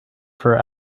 for